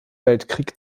weltkrieg